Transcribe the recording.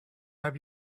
have